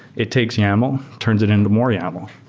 it takes yaml, turns it into more yaml.